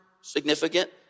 significant